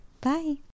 bye